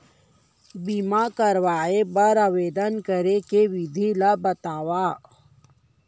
बीमा करवाय बर आवेदन करे के विधि ल बतावव?